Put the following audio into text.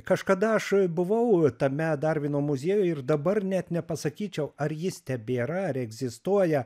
kažkada aš buvau tame darvino muziejuj ir dabar net nepasakyčiau ar jis tebėra ar egzistuoja